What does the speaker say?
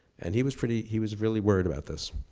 and he was pretty, he was really worried about this.